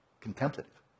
contemplative